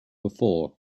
before